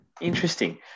Interesting